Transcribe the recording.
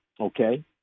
okay